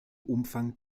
umfang